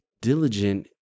diligent